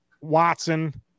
Watson